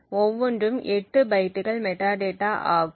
ஒவ்வொன்றும் 8 பைட்டுகள் மெட்டாடேட்டா ஆகும்